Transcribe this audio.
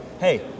hey